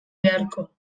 beharko